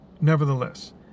Nevertheless